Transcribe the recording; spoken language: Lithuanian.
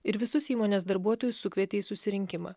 ir visus įmonės darbuotojus sukvietė į susirinkimą